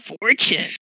fortune